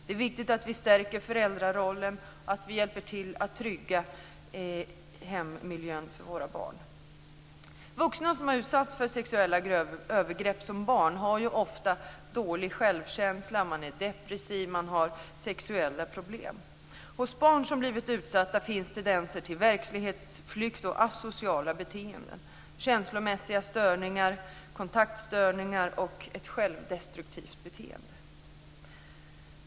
Det är viktigt att vi stärker föräldrarollen och att vi hjälper till att trygga hemmiljön för våra barn. Vuxna som har utsatts för sexuella övergrepp som barn har ju ofta dålig självkänsla, är depressiva och har sexuella problem. Hos barn som blivit utsatta finns tendenser till verklighetsflykt, asociala beteenden, känslomässiga störningar, kontaktstörningar och ett självdestruktivt beteende.